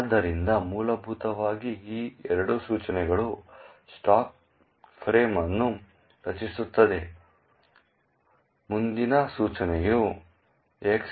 ಆದ್ದರಿಂದ ಮೂಲಭೂತವಾಗಿ ಈ ಎರಡು ಸೂಚನೆಗಳು ಸ್ಟಾಕ್ ಫ್ರೇಮ್ ಅನ್ನು ರಚಿಸುತ್ತವೆ ಮುಂದಿನ ಸೂಚನೆಯು X86